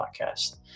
podcast